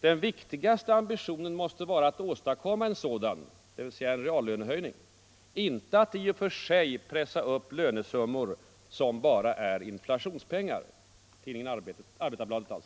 ”Den viktigaste ambitionen måste vara att åstadkomma en sådan,” — dvs. en reallönehöjning — ”inte att i och för sig pressa upp lönesummor som bara är inflationspengar”, fortsätter tidningen Arbetarbladet.